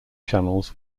channels